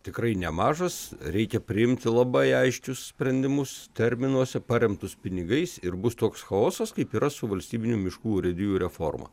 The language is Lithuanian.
tikrai nemažas reikia priimti labai aiškius sprendimus terminuose paremtus pinigais ir bus toks chaosas kaip yra su valstybinių miškų urėdijų reforma